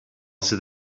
sydd